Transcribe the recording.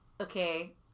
okay